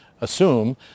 assume